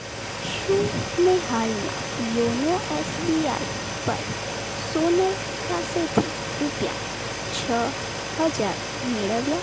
શું મેં હાલમાં યોનો એસબીઆઈ પર સોનલ પાસેથી રૂપિયા છ હજાર મેળવ્યા